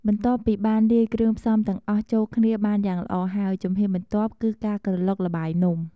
បន្ទាប់ពីបានលាយគ្រឿងផ្សំទាំងអស់ចូលគ្នាបានយ៉ាងល្អហើយ ជំហានបន្ទាប់គឺ ការក្រឡុកល្បាយនំ។